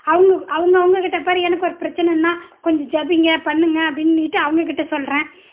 அவங்க அவங்கவுங்க கிட்டே எனக்கு ஒரு பிரச்சினனா கொஞ்சம் ஜபீங்க பண்ணுங்கள் அப்படினுட்டு அவங்க கிட்டே சொல்கிறேன்